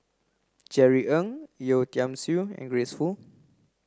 Jerry Ng Yeo Tiam Siew and Grace Fu